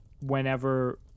whenever